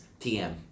TM